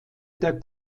der